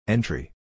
Entry